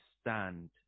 stand